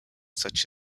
such